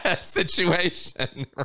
situation